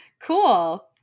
Cool